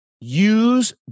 use